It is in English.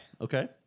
Okay